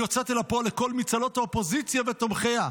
והיא יוצאת אל הפועל לקול מצהלות האופוזיציה ותומכיה.